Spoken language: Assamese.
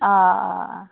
অঁ অঁ